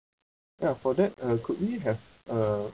ya for that uh could we have a